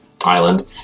Island